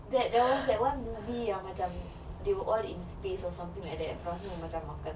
there was that one movie yang macam they were all in space or something like that dia orang semua macam makan